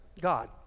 God